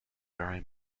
dry